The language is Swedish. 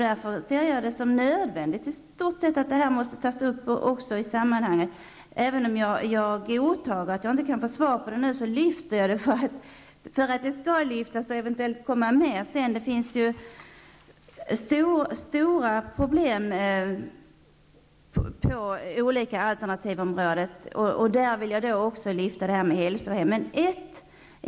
Därför ser jag det som nödvändigt att detta tas upp i det här sammanhanget. Även om jag inte kan få svar nu vill jag lyfta fram frågan, för den skall lyftas fram och eventuellt komma med senare. Det finns stora problem på olika alternativområden. Där vill jag lyfta fram frågan om hälsohemmen.